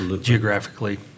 geographically